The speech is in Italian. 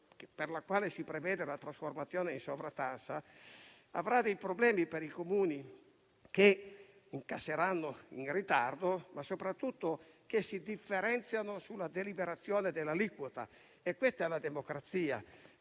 per la quale si prevede la trasformazione in sovrattassa, causerà dei problemi ai Comuni che incasseranno in ritardo, ma soprattutto che si differenziano sulla deliberazione dell'aliquota. Questa è la democrazia: